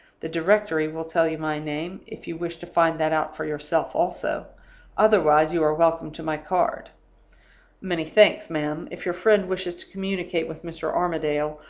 the directory will tell you my name, if you wish to find that out for yourself also otherwise, you are welcome to my card many thanks, ma'am. if your friend wishes to communicate with mr. armadale,